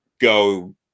go